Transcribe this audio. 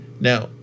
Now